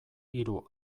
hiru